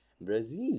Brazil